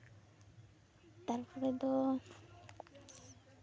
ᱛᱟᱨᱯᱚᱨᱮ ᱫᱚ